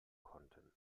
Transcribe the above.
konnten